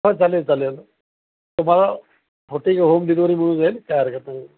हा चालेल चालेल तुम्हाला होत आहे होम डिलिवरी मिळून जाईल काय हरकत नाही